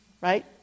Right